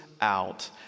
out